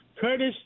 Curtis